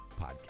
podcast